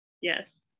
Yes